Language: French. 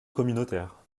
communautaire